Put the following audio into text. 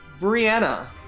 Brianna